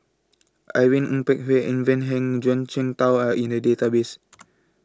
Irene Ng Phek Hoong Ivan Heng and Zhuang Shengtao Are in The Database